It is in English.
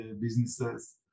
businesses